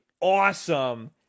awesome